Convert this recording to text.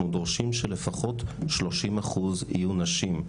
דורשים שלפחות שלושים אחוז יהיו נשים.